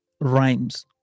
rhymes